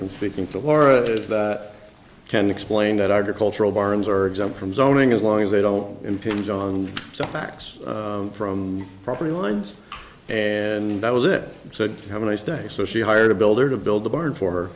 from speaking to laura is that can explain that agricultural barons are exempt from zoning as long as they don't impinge on some facts from property lines and that was it said to have a nice day so she hired a builder to build the barn for